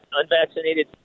unvaccinated